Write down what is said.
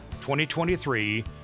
2023